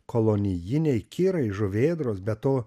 kolonijiniai kirai žuvėdros be to